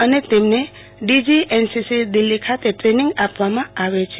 અને તેમને DG NCC Delhi ખાતે ટ્રનીંગ આપવામાં આવે છે